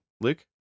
Luke